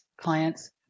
clients